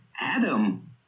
Adam